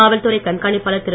காவல் துறை கண்காணிப்பாளர் திரு